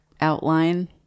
outline